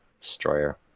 Destroyer